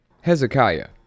Hezekiah